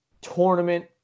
tournament